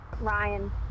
Ryan